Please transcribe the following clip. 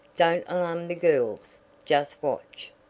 don't alarm the girls just watch.